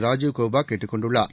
ராஜீவ் கௌபா கேட்டுக் கொண்டுள்ளார்